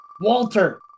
walter